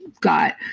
got